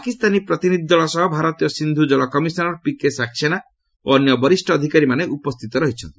ପାକିସ୍ତାନୀ ପ୍ରତିନିଧି ଦଳ ସହ ଭାରତୀୟ ସିନ୍ଧୁ ଜଳ କମିଶନର୍ ପିକେ ସାକ୍ସେନା ଓ ଅନ୍ୟ ବରିଷ୍ଣ ଅଧିକାରୀମାନେ ଉପସ୍ଥିତ ରହିଛନ୍ତି